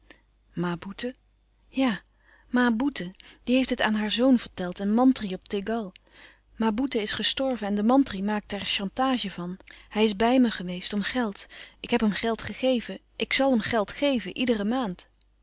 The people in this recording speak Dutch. van mama ma boeten ja ma boeten die heeft het aan haar zoon verteld een mantri op tegal ma boeten is gestorven en de mantri maakt er chantage van hij is bij me geweest om geld ik heb hem geld gegeven ik zal hem geld geven iedere maand